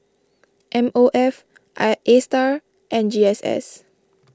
M O F I Astar and G S S